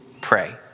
Pray